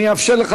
אני אאפשר לך,